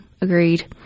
agreed